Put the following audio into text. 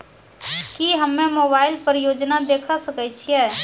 की हम्मे मोबाइल पर योजना देखय सकय छियै?